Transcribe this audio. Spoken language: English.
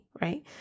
right